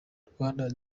rwanda